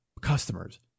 customers